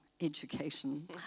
education